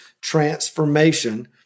transformation